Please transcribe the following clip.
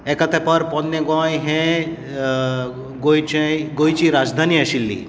एका तेंपार पोरणें गोंय हें गोंयचें गोंयची राजधानी आशिल्ली